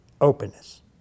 openness